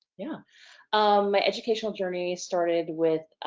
yeah my educational journey started with